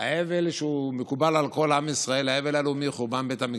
אבל שמקובל על כל עם ישראל: האבל הלאומי על חורבן בית המקדש,